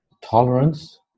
tolerance